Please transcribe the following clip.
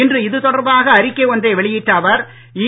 இன்று இது தொடர்பாக அறிக்கை ஒன்றை வெளியிட்ட அவர் ஈ